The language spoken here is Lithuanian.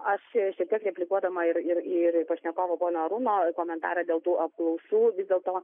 aš šiek tiek replikuodama ir ir į pašnekovo arūno komentarą dėl tų apklausų vis dėlto